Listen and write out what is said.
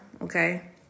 okay